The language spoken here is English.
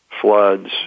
floods